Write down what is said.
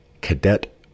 cadet